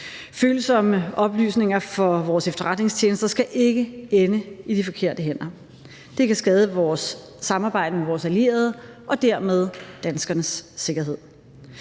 Følsomme oplysninger fra vores efterretningstjenester skal ikke ende i de forkerte hænder. Det kan skade vores samarbejde med vores allierede og dermed danskernes sikkerhed.